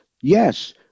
yes